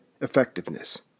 effectiveness